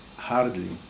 hardly